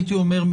הייתי אומר,